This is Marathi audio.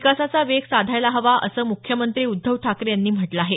विकासाचा वेग साधायला हवा असं मुख्यमंत्री उद्धव ठाकरे यांनी म्हटलं आहे